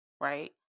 right